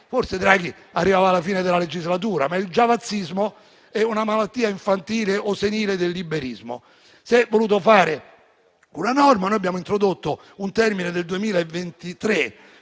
forse Draghi sarebbe arrivato alla fine della legislatura, ma il "giavazzismo" è una malattia infantile o senile del liberismo. Si è voluta fare una norma, abbiamo introdotto il termine del 2023